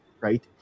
right